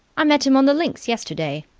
i met him on the links yesterday.